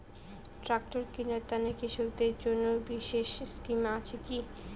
Tractor কিনার তানে কৃষকদের জন্য বিশেষ স্কিম আছি কি?